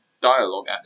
dialogue